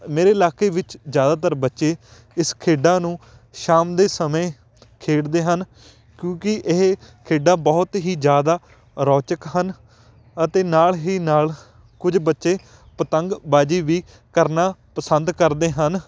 ਮੇਰੇ ਇਲਾਕੇ ਵਿੱਚ ਜ਼ਿਆਦਾਤਰ ਬੱਚੇ ਇਸ ਖੇਡਾਂ ਨੂੰ ਸ਼ਾਮ ਦੇ ਸਮੇਂ ਖੇਡਦੇ ਹਨ ਕਿਉਂਕਿ ਇਹ ਖੇਡਾਂ ਬਹੁਤ ਹੀ ਜ਼ਿਆਦਾ ਰੋਚਕ ਹਨ ਅਤੇ ਨਾਲ਼ ਹੀ ਨਾਲ਼ ਕੁਝ ਬੱਚੇ ਪਤੰਗਬਾਜ਼ੀ ਵੀ ਕਰਨਾ ਪਸੰਦ ਕਰਦੇ ਹਨ